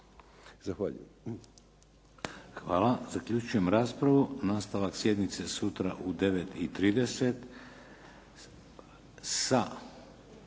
Zahvaljujem.